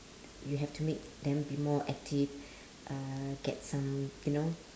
you have to make them be more active uh get some you know